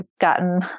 gotten